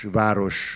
város